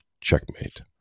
Checkmate